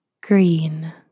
Green